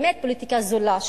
באמת פוליטיקה זולה,